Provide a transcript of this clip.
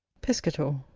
piscator.